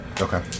Okay